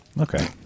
Okay